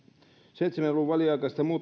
seitsemän luvun väliaikaisesta muuttamisesta